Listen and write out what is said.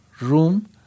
room